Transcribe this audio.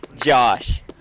Josh